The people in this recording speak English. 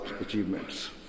achievements